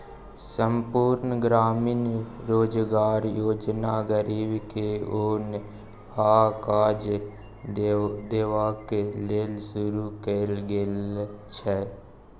संपुर्ण ग्रामीण रोजगार योजना गरीब के ओन आ काज देबाक लेल शुरू कएल गेल छै